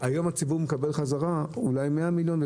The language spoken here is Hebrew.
היום הציבור מקבל חזרה אולי 100 מיליון?